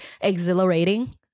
exhilarating